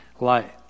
light